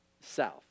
South